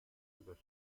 داشتند